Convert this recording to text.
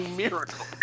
miracle